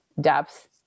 depth